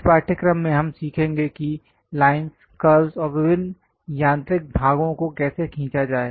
इस पाठ्यक्रम में हम सीखेंगे कि लाइनस् कर्व्स और विभिन्न यांत्रिक भागों को कैसे खींचा किया जाए